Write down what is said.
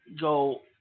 go